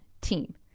team